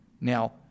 now